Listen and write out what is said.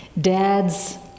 Dads